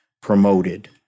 promoted